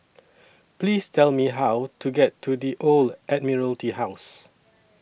Please Tell Me How to get to The Old Admiralty House